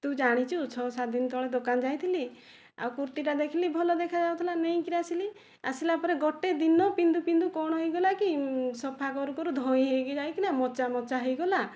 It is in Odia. ତୁ ଜାଣିଛୁ ଛଅ ସାତ ଦିନତଳେ ଦୋକାନ ଯାଇଥିଲି ଆଉ କୁର୍ତ୍ତୀଟା ଦେଖିଲି ଭଲ ଦେଖାଯାଉଥିଲା ନେଇକରି ଆସିଲି ଆସିଲା ପରେ ଗୋଟିଏ ଦିନ ପିନ୍ଧୁ ପିନ୍ଧୁ କ'ଣ ହୋଇଗଲାକି ସଫା କରୁ କରୁ ଧୋଇ ହୋଇକି ଯାଇକିନା ମଚା ମଚା ହୋଇଗଲା